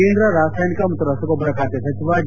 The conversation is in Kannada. ಕೇಂದ್ರ ರಾಸಾಯನಿಕ ಹಾಗೂ ರಸಗೊಬ್ಬರ ಖಾತೆ ಸಚಿವ ಡಿ